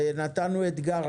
נתנו אתגר.